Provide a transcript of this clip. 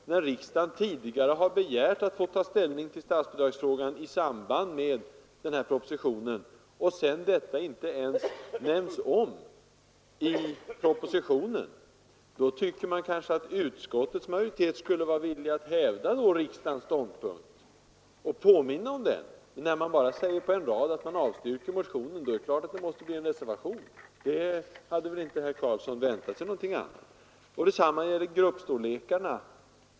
Eftersom riksdagen tidigare har begärt att få ta ställning till statsbidragsfrågan i samband med behandlingen av denna proposition, och detta inte ens omnämns i propositionen, tycker man kanske att utskottets majoritet skulle vara villig att hävda riksdagens ståndpunkt och påminna om den. När man bara säger på en rad att man avstyrker motionen, är det klart att det måste bli en reservation — något annat hade väl herr Karlsson inte väntat sig. Detsamma gäller gruppstorlekarna.